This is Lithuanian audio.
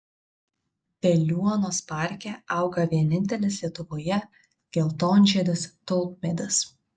veliuonos parke auga vienintelis lietuvoje geltonžiedis tulpmedis